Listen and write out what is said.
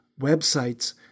websites